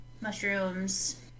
mushrooms